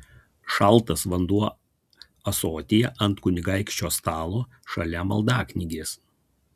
šaltas vanduo ąsotyje ant kunigaikščio stalo šalia maldaknygės